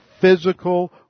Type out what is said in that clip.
physical